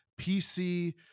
PC